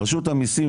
רשות המיסים,